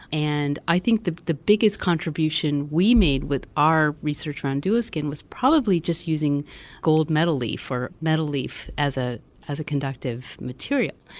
and i think the the biggest contribution we made with our research on duoskin was probably just using gold metal leaf, or metal leaf as ah as a conductive material.